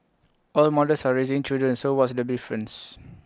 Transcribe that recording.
all the mothers are raising children so what's the difference